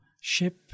ship